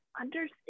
understand